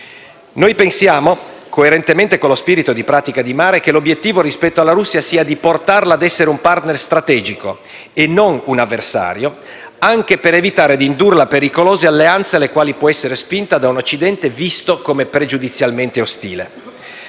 Noi pensiamo, coerentemente con lo spirito di Pratica di Mare, che l'obiettivo rispetto alla Russia sia di portarla ad essere un *partner* strategico e non un avversario, anche per evitare di indurla a pericolose alleanze alle quali può essere spinta da un Occidente visto come pregiudizialmente ostile.